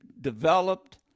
developed